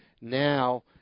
Now